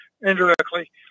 indirectly